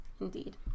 Indeed